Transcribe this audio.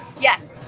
yes